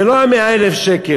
זה לא 100,000 השקל.